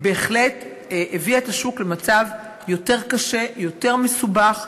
בהחלט הביאה את השוק למצב יותר קשה, יותר מסובך.